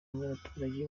abaturage